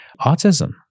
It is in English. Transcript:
autism